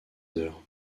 heures